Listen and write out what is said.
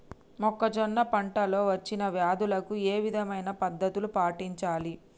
మొక్కజొన్న పంట లో వచ్చిన వ్యాధులకి ఏ విధమైన పద్ధతులు పాటించాలి?